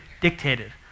dictated